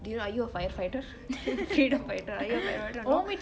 dena are you a firefighter are you a firefighter